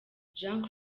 jean